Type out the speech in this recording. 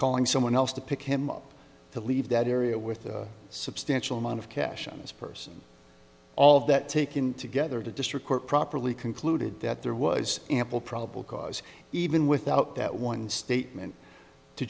calling someone else to pick him up to leave that area with a substantial amount of cash on his person all of that taken together the district court properly concluded that there was ample probable cause even without that one statement to